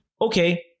okay